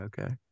okay